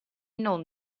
non